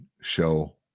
show